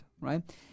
right